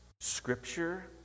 Scripture